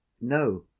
No